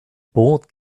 bought